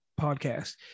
podcast